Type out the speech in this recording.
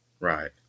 Right